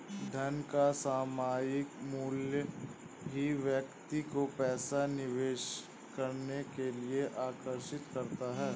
धन का सामायिक मूल्य ही व्यक्ति को पैसा निवेश करने के लिए आर्कषित करता है